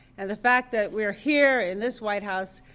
and the fact that we are here, in this white house,